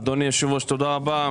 אדוני היושב-ראש, תודה רבה.